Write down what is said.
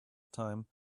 time